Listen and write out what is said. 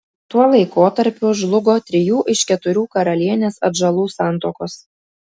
tuo laikotarpiu žlugo trijų iš keturių karalienės atžalų santuokos